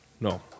no